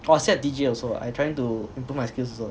oh I still have D_J also I trying to improve my skills also